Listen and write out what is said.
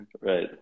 right